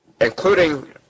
including